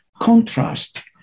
contrast